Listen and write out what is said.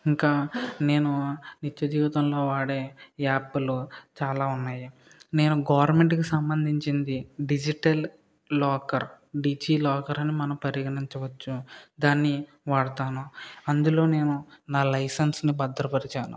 ఇంకా నేను నిత్య జీవితంలో వాడే యాప్లు చాలా ఉన్నాయి నేను గవర్నమెంట్ కి సంబంధించినది డిజిటల్ లాకర్ డిజి లాకర్ అని మనం పరిగణించవచ్చు దాన్ని వాడతాను అందులో నేను నా లైసెన్స్ని భద్రపరిచాను